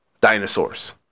dinosaurs